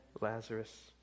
Lazarus